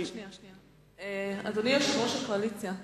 אדוני יושב-ראש הקואליציה,